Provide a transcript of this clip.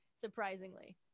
surprisingly